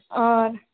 और